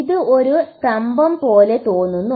ഇത് ഒരു സ്തംഭം പോലെ തോന്നുന്നു